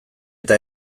eta